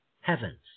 Heavens